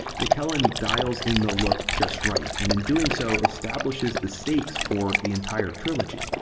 mckellen dials in the look just right, and, in doing so, establishes the stakes for the entire trilogy.